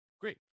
Great